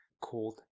Called